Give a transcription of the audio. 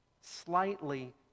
Slightly